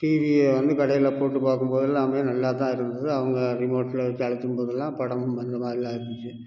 டிவியை வந்து கடையில் போட்டு பார்க்கும் போதெல்லாம் நல்லா தான் இருந்துது அவங்க ரிமோட்டில் வச்சி அழுத்தும் போதெல்லாம் படமும் வந்த மாதிரி தான் இருந்துச்சு